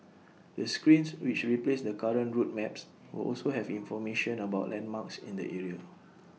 the screens which replace the current route maps will also have information about landmarks in the area